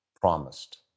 promised